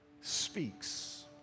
speaks